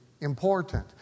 important